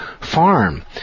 farm